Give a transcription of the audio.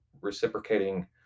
reciprocating